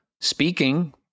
speaking